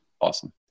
awesome